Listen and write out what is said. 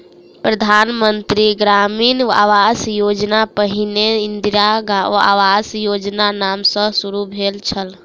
प्रधान मंत्री ग्रामीण आवास योजना पहिने इंदिरा आवास योजनाक नाम सॅ शुरू भेल छल